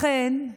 לכן,